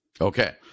Okay